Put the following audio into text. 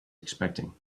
expecting